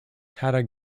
tata